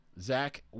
Zach